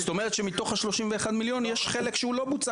זאת אומרת שמתוך ה-31 מיליון יש חלק שלא בוצע,